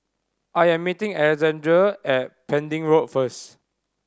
I am meeting Alexande at Pending Road first